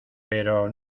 pero